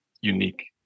unique